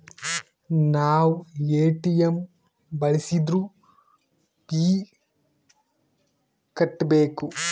ನಾವ್ ಎ.ಟಿ.ಎಂ ಬಳ್ಸಿದ್ರು ಫೀ ಕಟ್ಬೇಕು